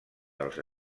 dels